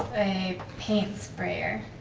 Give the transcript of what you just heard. a paint sprayer